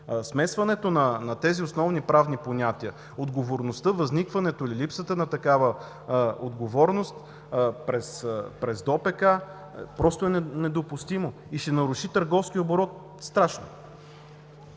Смесването на тези основни правни понятия – отговорността, възникването и липсата на такава отговорност, през ДОПК е просто недопустимо и ще наруши страшно